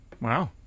Wow